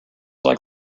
like